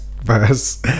verse